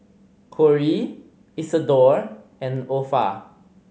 Cory Isadore and Opha